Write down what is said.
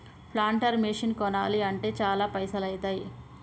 planter machine కొనాలి అంటే చాల పైసల్ ఐతాయ్